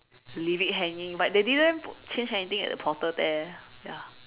leave it hanging but there didn't change anything at the portal there ya